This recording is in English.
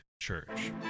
Church